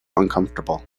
uncomfortable